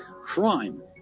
Crime